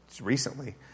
recently